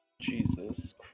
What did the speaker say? Jesus